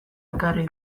ekarri